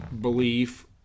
belief